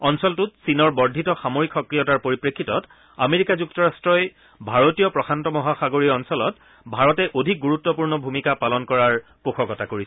অঞ্চলটোত চীনৰ বৰ্ধিত সামৰিক সক্ৰিয়তাৰ পৰিপ্ৰেক্ষিতত আমেৰিকা যুক্তৰাষ্টই ভাৰতীয় প্ৰশান্ত মহাসাগৰীয় অঞ্চলত ভাৰতে অধিক গুৰুত্তপূৰ্ণ ভূমিকা পালন কৰাৰ পোষকতা কৰিছে